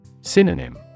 Synonym